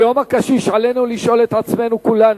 ביום הקשיש עלינו לשאול את עצמנו כולנו,